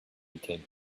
became